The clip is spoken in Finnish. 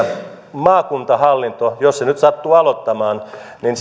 maakuntahallinnolta jos se nyt sattuu aloittamaan